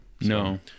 No